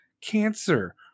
cancer